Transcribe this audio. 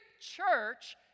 church